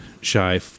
Shy